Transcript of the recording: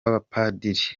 bapadiri